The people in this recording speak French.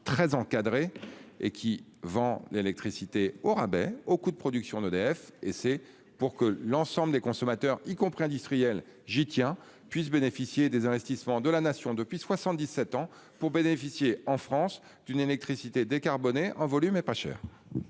très encadré et qui vend l'électricité au rabais au coût de production d'EDF et c'est pour que l'ensemble des consommateurs, y compris industrielles, j'y tiens puissent bénéficier des investissements de la nation depuis 77 ans pour bénéficier en France d'une électricité décarbonnée en volume et pas cher.